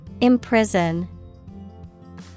Imprison